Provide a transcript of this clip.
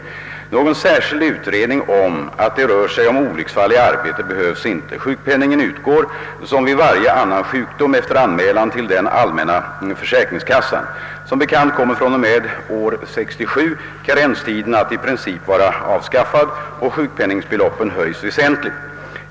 Någon särskild utredning om att det rör sig om olycksfall i arbete behövs inte. Sjukpenningen utgår som vid varje annan sjukdom efter anmälan till den allmänna försäkringskassan. Som bekant kommer fr.o.m. år 1967 karenstiden att i princip vara avskaffad, och sjukpenningbeloppen höjs väsentligt.